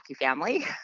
family